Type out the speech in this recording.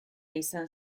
izan